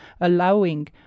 allowing